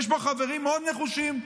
שיש בה חברים מאוד נחושים,